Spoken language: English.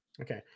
okay